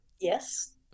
Yes